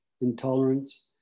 intolerance